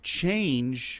change